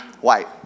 White